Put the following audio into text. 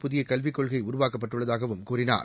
புதிய கல்விக் கொள்கை உருவாக்கப்பட்டுள்ளதாகவும் கூறினார்